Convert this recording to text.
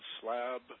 slab